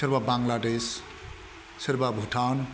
सोरबा बांलादेश सोरबा भुटान